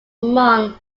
among